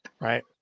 right